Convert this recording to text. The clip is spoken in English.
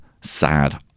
sad